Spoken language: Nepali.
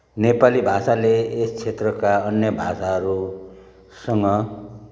नेपाली भाषाले यस क्षेत्रका अन्य भाषाहरूसँग